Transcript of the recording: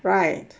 right